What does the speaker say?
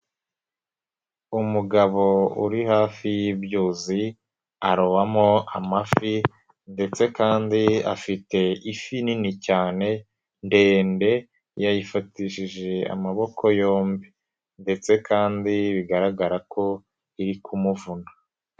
Umugabo uri hafi y'ibyuzi arobamo amafi ndetse kandi afite ifi nini cyane ndende, yayifatishije amaboko yombi ndetse kandi bigaragara ko iri kumuvuna.